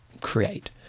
create